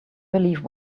believe